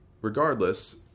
regardless